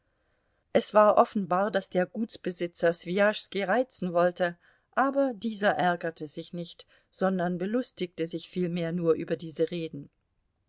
es war offenbar daß der gutsbesitzer swijaschski reizen wollte aber dieser ärgerte sich nicht sondern belustigte sich vielmehr nur über diese reden